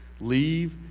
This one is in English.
leave